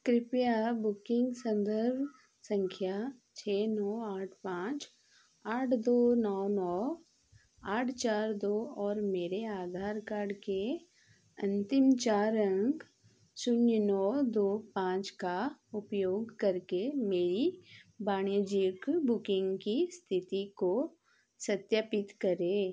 कृपया बुकिंग संदर्भ संख्या छः नो आठ पाँच आठ दो नौ नौ आठ चार दो और मेरे आधार कार्ड के अंतिम चार अंक शून्य नौ दो पाँच का उपयोग करके मेरी वाणिज्यिक बुकिंग की स्थिति को सत्यपित करे